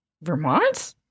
Vermont